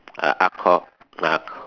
a arch called